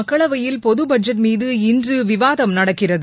மக்களவையில் பொது பட்ஜெட் மீது இன்று விவாதம் நடக்கிறது